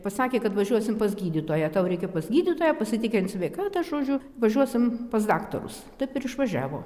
pasakė kad važiuosim pas gydytoją tau reikia pas gydytoją pasitikrint sveikatą žodžiu važiuosim pas daktarus taip ir išvažiavo